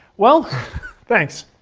well thanks,